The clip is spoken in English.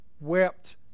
wept